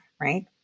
right